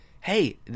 Hey